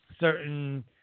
certain